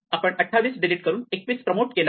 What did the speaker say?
आपण केवळ 28 डिलीट करून 21 प्रमोट केला आहे